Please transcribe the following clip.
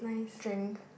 drink